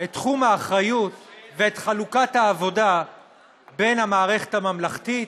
את תחום האחריות ואת חלוקת העבודה בין המערכת הממלכתית,